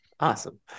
Awesome